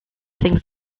things